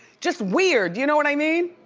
just weird, you know what i mean?